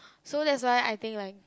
so that's why I think like